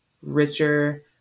richer